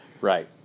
Right